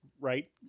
Right